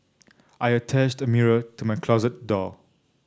I attached a mirror to my closet door